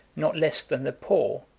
not less than the poor,